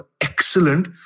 excellent